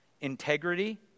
integrity